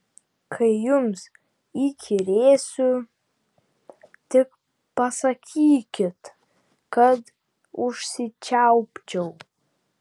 kai jums įkyrėsiu tik pasakykit kad užsičiaupčiau